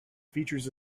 features